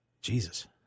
Jesus